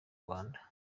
rwanda